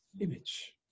image